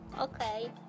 Okay